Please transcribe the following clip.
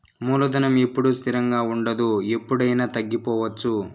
మూలధనం ఎప్పుడూ స్థిరంగా ఉండదు ఎప్పుడయినా తగ్గిపోవచ్చు